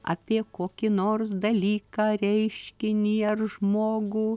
apie kokį nors dalyką reiškinį ar žmogų